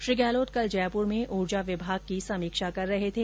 श्री गहलोत कल जयपुर में ऊर्जा विभाग की समीक्षा कर रहे थे